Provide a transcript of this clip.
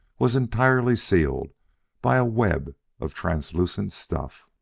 was entirely sealed by a web of translucent stuff.